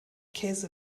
käse